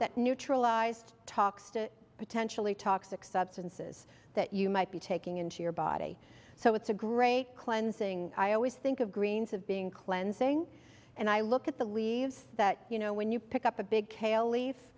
that neutralized talks to potentially toxic substances that you might be taking into your body so it's a great cleansing i always think of greens of being cleansing and i look at the leaves that you know when you pick up a big kale leaf